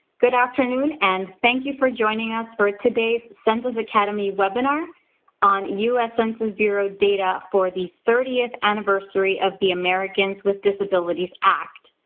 good afternoon, and thank you for joining us for today's census academy webinar on us census bureau data for the thirtieth anniversary of the americans with disabilities act.